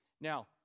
Now